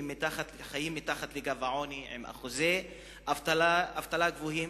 חיים מתחת לקו העוני עם אחוזי אבטלה גבוהים.